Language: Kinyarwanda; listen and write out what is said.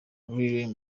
lilian